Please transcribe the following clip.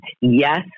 Yes